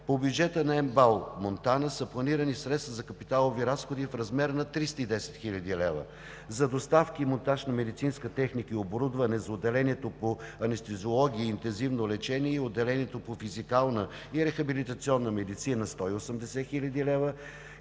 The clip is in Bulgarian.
По бюджета на МБАЛ – Монтана са планирани средства за капиталови разходи в размер на 310 хил. лв., за: доставки и монтаж на медицинска техника и оборудване за отделението по анестезиология и интензивно лечение и отделението по физикална и рехабилитационна медицина – 180 хил.